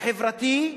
החברתי,